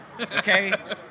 Okay